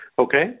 Okay